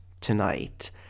tonight